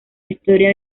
historia